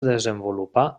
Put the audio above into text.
desenvolupà